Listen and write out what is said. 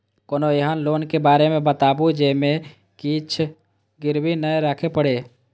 कोनो एहन लोन के बारे मे बताबु जे मे किछ गीरबी नय राखे परे?